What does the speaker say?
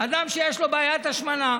אדם שיש לו בעיית השמנה,